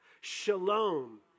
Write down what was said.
Shalom